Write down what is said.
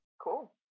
Cool